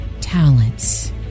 talents